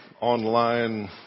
online